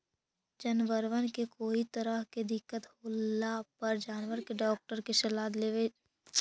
जनबरबन के कोई तरह के दिक्कत होला पर जानबर के डाक्टर के सलाह लेबे के चाहि